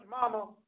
Mama